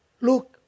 look